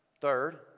Third